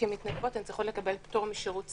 כמתנדבות הן צריכות לקבל פטור משירות צבאי.